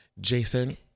Jason